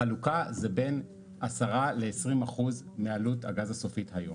החלוקה זה בין 10-20% מעלות הגז הסופית היום.